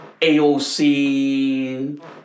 AOC